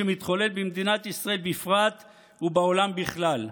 שמתחולל במדינת ישראל בפרט ובעולם בכלל.